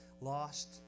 lost